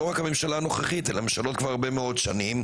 לא רק הממשלה הנוכחית אלא ממשלות כבר הרבה מאוד שנים,